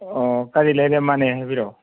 ꯑꯣ ꯀꯔꯤ ꯂꯩꯔꯦ ꯃꯥꯟꯅꯦ ꯍꯥꯏꯕꯤꯔꯛꯑꯣ